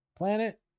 planet